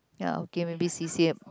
ya okay maybe C_C_A